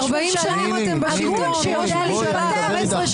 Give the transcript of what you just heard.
ראש ממשלה הגון שיודע להתפטר.